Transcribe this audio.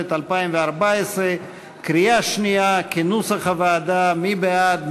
התשע"ד 2014, קריאה שנייה, כנוסח הוועדה, מי בעד?